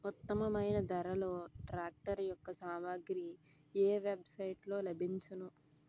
ఉత్తమమైన ధరలో ట్రాక్టర్ యెక్క సామాగ్రి ఏ వెబ్ సైట్ లో లభించును?